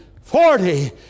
forty